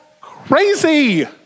crazy